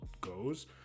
goes